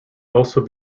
also